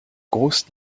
grosses